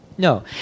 No